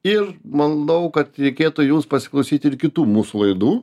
ir manau kad reikėtų jums pasiklausyt ir kitų mūsų laidų